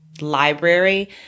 library